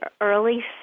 early